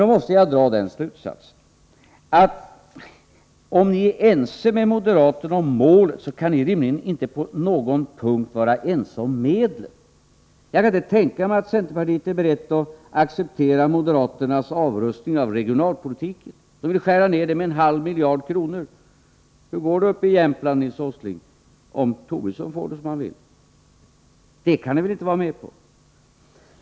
Om ni är ense med moderaterna om målet, måste jag dra den slutsatsen att ni rimligen inte på någon punkt kan vara ense om medlen. Jag kan inte tänka mig att centerpartiet är berett att acceptera moderaternas avrustning av regionalpolitiken, som de vill skära ned med en halv miljard kronor. Hur går det uppe i Jämtland, Nils Åsling, om Tobisson får det som han vill? Detta kan ni väl inte vara med på.